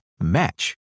match